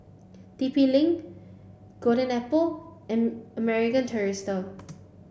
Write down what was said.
T P link Golden Apple and American Tourister